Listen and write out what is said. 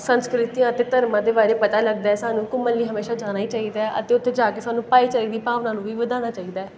ਸੰਸਕ੍ਰੀਤਿਆਂ ਅਤੇ ਧਰਮਾਂ ਦੇ ਬਾਰੇ ਪਤਾ ਲਗਦਾ ਹੈ ਸਾਨੂੰ ਘੁੰਮਣ ਲਈ ਹਮੇਸ਼ਾ ਜਾਣਾ ਹੀ ਚਾਹੀਦਾ ਅਤੇ ਉੱਥੇ ਜਾ ਕੇ ਸਾਨੂੰ ਭਾਈਚਾਰੇ ਦੀ ਭਾਵਨਾ ਨੂੰ ਵੀ ਵਧਾਉਣਾ ਚਾਹੀਦਾ ਹੈ